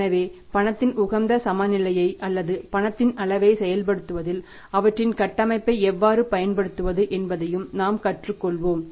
எனவே பணத்தின் உகந்த சமநிலையை அல்லது பணத்தின் அளவைச் செயல்படுத்துவதில் அவற்றின் கட்டமைப்பை எவ்வாறு பயன்படுத்துவது என்பதையும் நாம் கற்றுக்கொள்வோம்